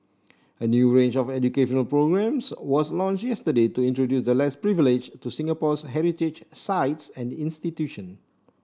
a new range of educational programmes was launched yesterday to introduce the less privileged to Singapore's heritage sites and institution